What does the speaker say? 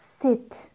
sit